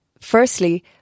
Firstly